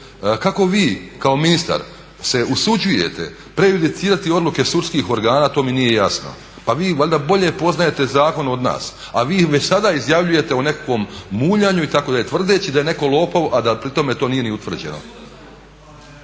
kako vi kao ministar se usuđujete prejudicirati odluke sudskih organa, to mi nije jasno. Pa vi valjda bolje poznajete zakon od nas. A vi već sada izjavljujete o nekakvom muljanju, itd., tvrdeći da je netko lopov a da pri tome to nije ni utvrđeno.